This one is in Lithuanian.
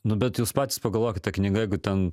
nu bet jūs patys pagalvokit ta knyga jeigu ten